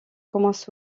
commencent